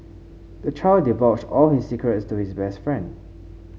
the child divulged all his secrets to his best friend